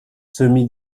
semi